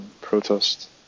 protest